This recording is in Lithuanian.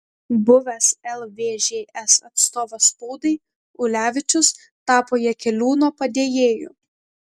buvęs lvžs atstovas spaudai ulevičius tapo jakeliūno padėjėju